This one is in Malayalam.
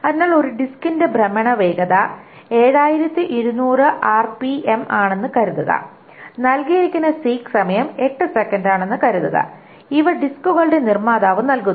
അതിനാൽ ഒരു ഡിസ്കിന്റെ ഭ്രമണ വേഗത 7200 ആർപിഎം ആണെന്ന് കരുതുക നൽകിയിരിക്കുന്ന സീക് സമയം 8 സെക്കൻഡ് ആണെന്ന് കരുതുക ഇവ ഡിസ്കുകളുടെ നിർമ്മാതാവ് നൽകുന്നു